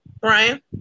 Brian